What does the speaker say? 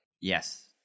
Yes